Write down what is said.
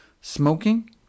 Smoking